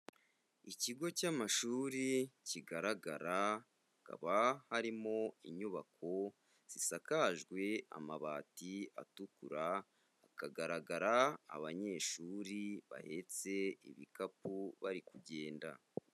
Ikigo cy'amashuri kigaragara hakaba harimo inyubako zisakajwe amabati atukura, hakagaragara abanyeshuri bahetse ibikapu bari kugenda.